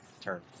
turn